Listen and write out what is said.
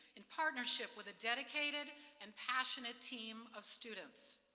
in partnership with a dedicated and passionate team of students.